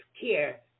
care